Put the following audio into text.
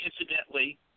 incidentally